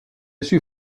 suit